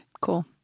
Cool